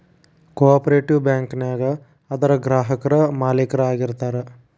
co operative bank ನ್ಯಾಗ ಅದರ್ ಗ್ರಾಹಕ್ರ ಮಾಲೇಕ್ರ ಆಗಿರ್ತಾರ